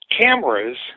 cameras